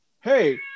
hey